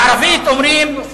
בערבית אומרים: